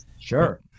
Sure